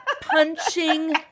punching